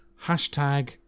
Hashtag